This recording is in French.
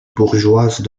bourgeoise